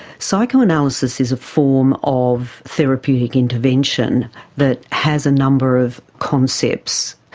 psychoanalysis is a form of therapeutic intervention that has a number of concepts,